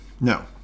No